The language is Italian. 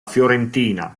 fiorentina